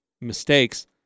mistakes